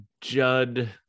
judd